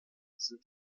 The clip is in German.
sind